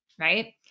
right